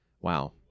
Wow